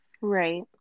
Right